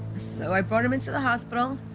so i brought him into the hospital.